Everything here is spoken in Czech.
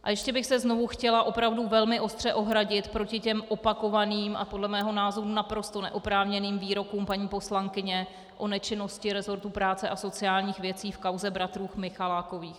A ještě bych se znovu chtěla opravdu velmi ostře ohradit proti těm opakovaným a podle mého názoru naprosto neoprávněným výrokům paní poslankyně o nečinnosti resortu práce a sociálních věcí v kauze bratrů Michalákových.